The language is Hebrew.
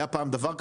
היה פעם דבר כזה,